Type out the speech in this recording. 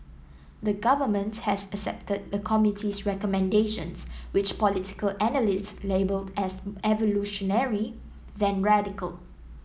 the Government has accepted the committee's recommendations which political analysts labelled as evolutionary than radical